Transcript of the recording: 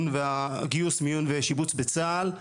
מיון ושיבוץ בצה"ל.